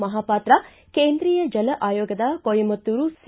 ಮಹಾಪಾತ್ರ ಕೇಂದ್ರೀಯ ಜಲ ಆಯೋಗದ ಕೊಯಮತ್ತೂರು ಸಿ